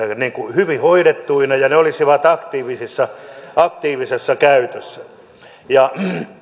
hyvin hoidettuina ja ne olisivat aktiivisessa aktiivisessa käytössä